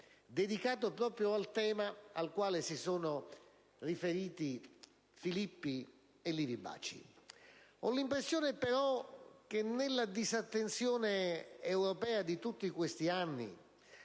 dedicato proprio al tema al quale si sono riferiti i senatori Alberto Filippi e Livi Bacci. Ho l'impressione che, nella disattenzione europea di tutti questi anni,